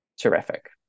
terrific